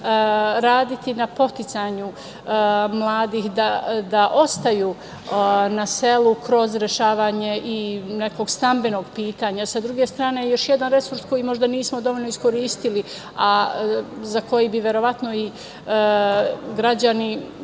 raditi na podsticanju mladih da ostaju na selu kroz rešavanje i stambenog pitanja. Sa druge strane, još jedan resurs koji možda nismo dovoljno iskoristili, a za koji bi verovatno i građani